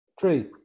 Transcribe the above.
three